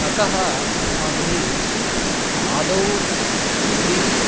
अतः अस्माभिः आदौ यदि